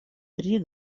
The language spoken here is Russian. три